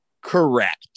Correct